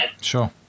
sure